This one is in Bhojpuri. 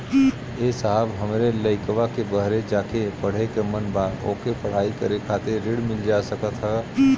ए साहब हमरे लईकवा के बहरे जाके पढ़े क मन बा ओके पढ़ाई करे खातिर ऋण मिल जा सकत ह?